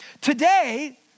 Today